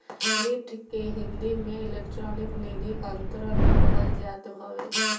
NEFT के हिंदी में electronic निधि अंतरण कहल जात हवे